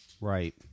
Right